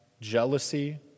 jealousy